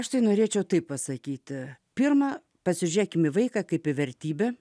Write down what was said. aš norėčiau taip pasakyti pirma pasižiūrėkime į vaiką kaip vertybę